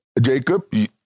Jacob